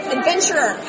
Adventurer